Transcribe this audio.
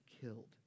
killed